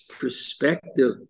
perspective